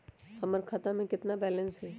हमर खाता में केतना बैलेंस हई?